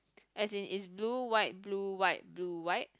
as in is it's blue white blue white blue white